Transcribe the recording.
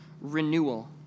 renewal